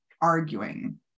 arguing